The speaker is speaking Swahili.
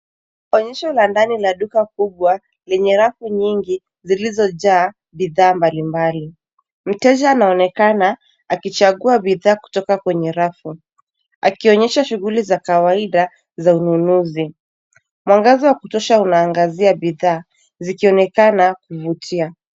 Onyesho la ndani la duka kubwa lenye rafu nyingi zilizojaa bidhaa mbalimbali. Mteja anaonekana akichagua bidhaa kutoka kwenye rafu akionyesha shughuli za kawaida za ununuzi mwangaza kutosha unaangazia bidhaa zikionekana kuvutia.